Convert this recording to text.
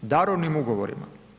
Darovnim ugovorima.